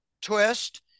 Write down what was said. twist